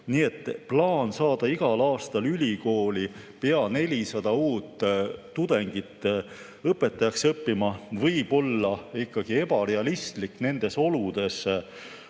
Nii et plaan saada igal aastal ülikooli pea 400 uut tudengit õpetajaks õppima võib olla ikkagi ebarealistlik nendes oludes,